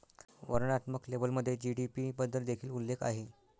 वर्णनात्मक लेबलमध्ये जी.डी.पी बद्दल देखील उल्लेख आहे